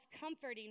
comforting